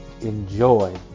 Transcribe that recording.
enjoy